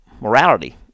morality